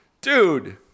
Dude